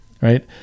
right